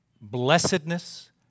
Blessedness